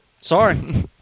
Sorry